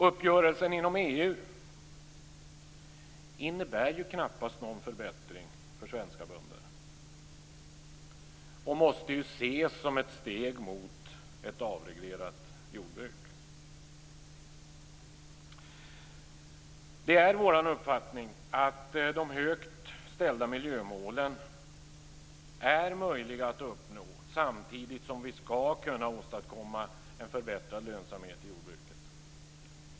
Uppgörelsen inom EU innebär ju knappast någon förbättring för svenska bönder. Den måste ses som ett steg mot ett avreglerat jordbruk. Det är vår uppfattning att de högt ställda miljömålen är möjliga att uppnå samtidigt som vi kan åstadkomma en förbättrad lönsamhet i jordbruket.